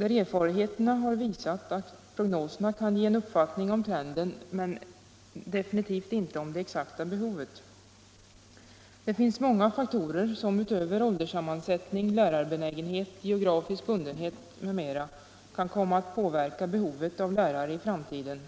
Erfarenheterna har visat att prognoserna kan ge en uppfattning om trenden men inte om det exakta behovet. Det finns många faktorer utöver ålderssammansättning, lärarbenägenhet, geografisk bundenhet m.m. som kan komma att påverka behovet av lärare i framtiden.